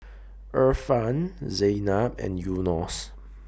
Irfan Zaynab and Yunos